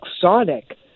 Sonic